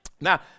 Now